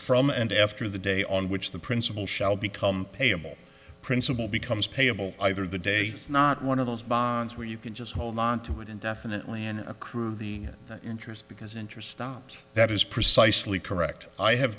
from and after the day on which the principal shall become payable principal becomes payable either the day is not one of those bonds where you can just hold onto it indefinitely and accrue the interest because interest ops that is precisely correct i have